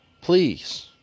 please